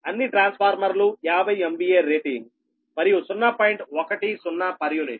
అన్ని ట్రాన్స్ఫార్మర్లు 50 MVA rating మరియు 0